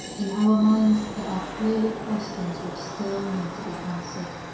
in our minds, there are clearly questions which still need to be answered.